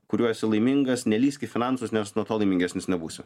kuriuo esi laimingas nelįsk į finansus nes nuo to laimingesnis nebūsi